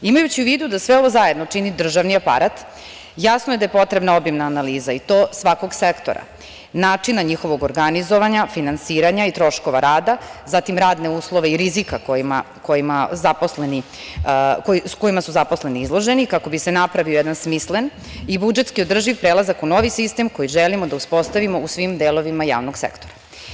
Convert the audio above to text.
Imajući u vidu da sve ovo zajedno čini državni aparat, jasno je da je potrebna obimna analiza i to svakog sektora, načina njihovog organizovanja, finansiranja i troškova rada, zatim radne uslove i rizika kojima su zaposleni izloženi kako bi se napravio jedan smislen i budžetski održiv prelazak u novi sistem koji želimo da uspostavimo u svim delovima javnog sektora.